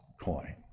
coin